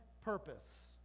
purpose